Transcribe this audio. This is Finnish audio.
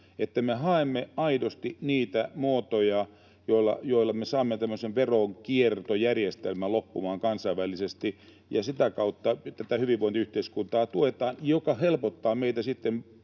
että me haemme aidosti niitä muotoja, joilla me saamme tämmöisen veronkiertojärjestelmän loppumaan kansainvälisesti. Ja sitä kautta tätä hyvinvointiyhteiskuntaa tuetaan, mikä auttaa meitä sitten